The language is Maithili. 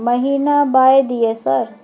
महीना बाय दिय सर?